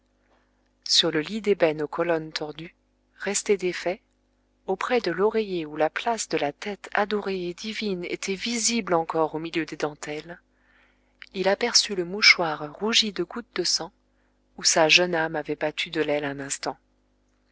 sur le lit d'ébène aux colonnes tordues resté défait auprès de l'oreiller où la place de la tête adorée et divine était visible encore au milieu des dentelles il aperçut le mouchoir rougi de gouttes de sang où sa jeune âme avait battu de l'aile un instant